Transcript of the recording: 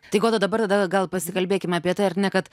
tai goda dabar tada gal pasikalbėkim apie tai ar ne kad